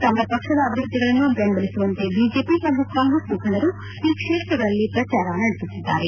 ತಮ್ನ ಪಕ್ಷದ ಅಭ್ಯರ್ಥಿಗಳನ್ನು ಬೆಂಬಲಿಸುವಂತೆ ಬಿಜೆಪಿ ಹಾಗೂ ಕಾಂಗ್ರೆಸ್ ಮುಖಂಡರು ಈ ಕ್ಷೇತ್ರಗಳಲ್ಲಿ ಪ್ರಚಾರ ನಡೆಸುತ್ತಿದ್ದಾರೆ